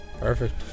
Perfect